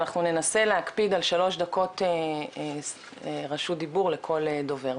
אנחנו ננסה להקפיד על שלוש דקות רשות דיבור לכל דובר.